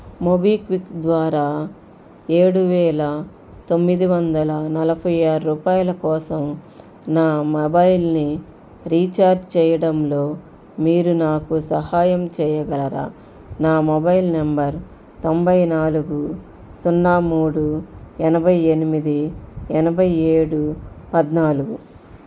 MobiKwik ద్వారా ఏడు వేల తొమ్మిది వందల నలభై ఆరు రూపాయల కోసం నా మొబైల్ని రీఛార్జ్ చేయడంలో మీరు నాకు సహాయం చేయగలరా నా మొబైల్ నంబర్ తొంభై నాలుగు సున్నా మూడు ఎనభై ఎనిమిది ఎనభై ఏడు పద్నాలుగు